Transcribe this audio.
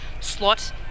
slot